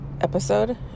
episode